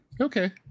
Okay